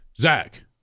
Zach